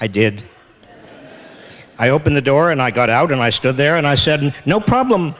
i did i open the door and i got out and i stood there and i said no problem